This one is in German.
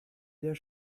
der